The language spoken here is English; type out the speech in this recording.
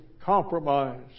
compromise